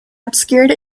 obscured